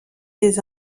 des